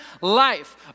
life